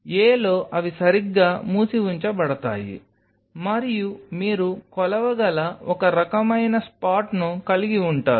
a లో అవి సరిగ్గా మూసి ఉంచబడతాయి మరియు మీరు కొలవగల ఒక రకమైన స్పాట్ను కలిగి ఉంటారు